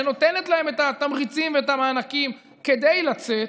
שנותנת להם את התמריצים ואת המענקים כדי לצאת,